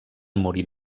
morir